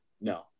No